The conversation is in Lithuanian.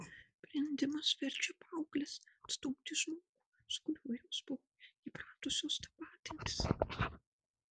brendimas verčia paaugles atstumti žmogų su kuriuo jos buvo įpratusios tapatintis